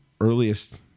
earliest